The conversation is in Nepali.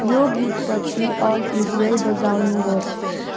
यो गीतपछि अल इज वेल बजाउनुहोस्